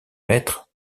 maître